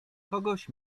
kogoś